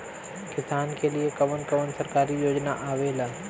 किसान के लिए कवन कवन सरकारी योजना आवेला?